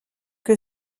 que